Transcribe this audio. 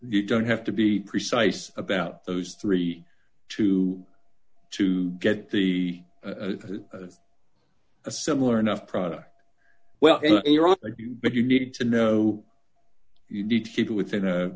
you don't have to be precise about those three to to get the a similar enough product well but you need to know you need to keep it within a